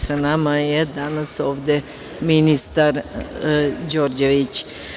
Sa nama je danas ovde ministar Đorđević.